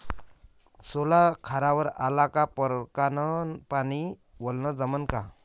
सोला खारावर आला का परकारं न पानी वलनं जमन का?